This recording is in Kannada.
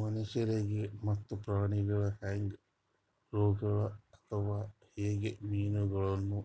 ಮನುಷ್ಯರಿಗ್ ಮತ್ತ ಪ್ರಾಣಿಗೊಳಿಗ್ ಹ್ಯಾಂಗ್ ರೋಗಗೊಳ್ ಆತವ್ ಹಂಗೆ ಮೀನುಗೊಳಿಗನು